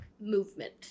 movement